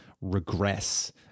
regress